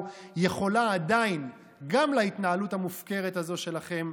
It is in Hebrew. עדיין יכולה גם להתנהלות המופקרת הזו שלכם,